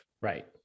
Right